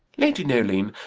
lady noeline,